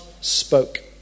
spoke